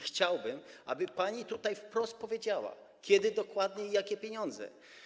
Chciałbym, aby pani tutaj wprost powiedziała, kiedy dokładnie i jakie będą to pieniądze.